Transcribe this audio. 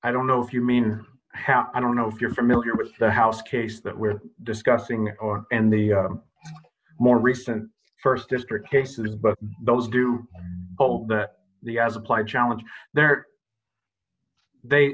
i don't know if you mean i don't know if you're familiar with the house case that we're discussing or and the more recent st district cases but those do all that the as applied challenge there